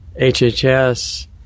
HHS